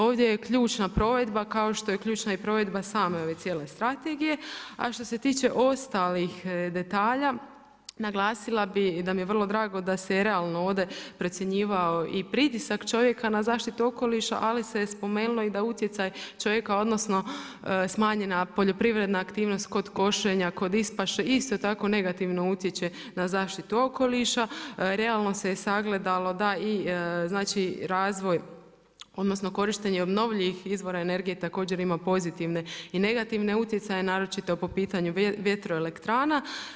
Ovdje je ključa provedba kao što je i ključna provedba same ove cijele strategije, a što se tiče ostalih detalja, naglasila bi da mi je vrlo drago da se i realno ovdje procjenjivao i pritisak čovjeka na zaštitu okoliša, ali se spomenulo i da utjecaj čovjeka, odnosno, smanjena poljoprivredna aktivnost kod košenja, kod ispaše, isto tako negativno utječe na zaštitu okoliša, realno se sagledalo da i znači razvoj korištenje obnovljivih izvora energije ima pozitivne i negativne utjecaje, naročito po pitanju vjetroelektrana.